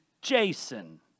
Jason